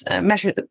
measure